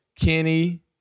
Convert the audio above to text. Kenny